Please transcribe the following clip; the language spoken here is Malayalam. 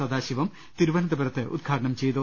സദാ ശിവം തിരുവനന്തപുരത്ത് ഉദ്ഘാടനം ചെയ്തു